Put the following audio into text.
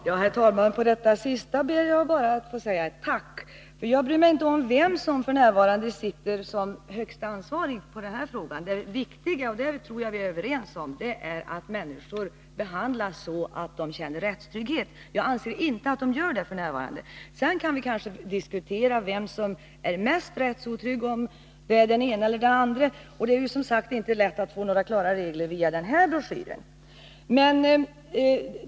Herr talman! Med anledning av det sista som socialministern sade vill jag bara be att få säga tack, för jag bryr mig inte om vem som f. n. är den högste ansvarige när det gäller denna fråga. Det viktiga — och det tror jag att vi är överens om — är att människor behandlas så, att de känner rättstrygghet. Jag anser inte att de gör det nu. Sedan kan vi kanske diskutera vem som är mest rättsotrygg, om det är den ene eller den andre. Det är som sagt inte lätt att få några klara regler via riksförsäkringsverkets broschyr.